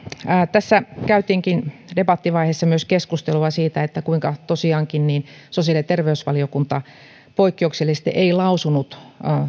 tässä käytiinkin debattivaiheessa keskustelua myös siitä kuinka tosiaankin sosiaali ja terveysvaliokunta poikkeuksellisesti ei lausunut